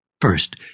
First